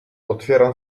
otwieram